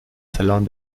salon